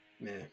man